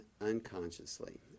unconsciously